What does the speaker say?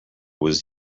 was